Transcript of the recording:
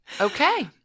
Okay